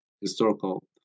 historical